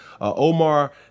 Omar